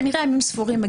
כנראה ימים ספורים,